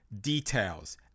details